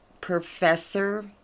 Professor